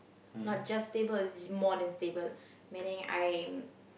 not just stable it's more than stable meaning I'm